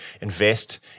invest